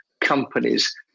companies